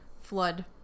flood